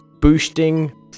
boosting